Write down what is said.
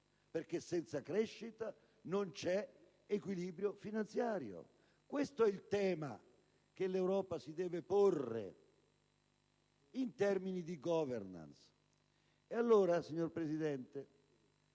perché senza crescita non c'è equilibrio finanziario. Questo è il tema che l'Europa si deve porre in termini di *governance*. Allora, signora Presidente,